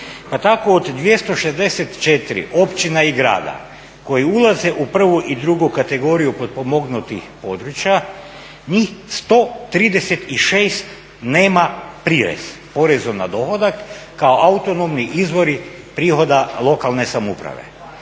Pa tako od 264 općine i grada koji ulaze u prvu i drugu kategoriju potpomognutih područja njih 136 nema prirez porezu na dohodak kao autonomni izvori prihoda lokalne samouprave.